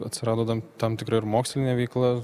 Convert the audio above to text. atsirado tam tam tikra ir mokslinė veikla